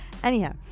Anyhow